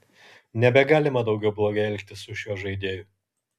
nebegalima daugiau blogai elgtis su šiuo žaidėju